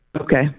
Okay